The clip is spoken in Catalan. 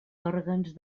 òrgans